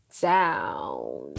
down